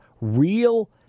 real